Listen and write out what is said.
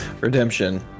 Redemption